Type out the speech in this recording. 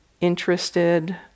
interested